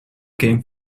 came